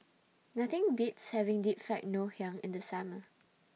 Nothing Beats having Deep Fried Ngoh Hiang in The Summer